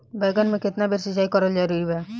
बैगन में केतना बेर सिचाई करल जरूरी बा?